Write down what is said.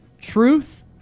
Truth